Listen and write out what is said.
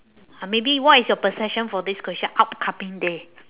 uh maybe what is your perception for this question upcoming day